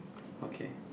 okay